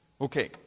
Okay